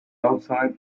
outside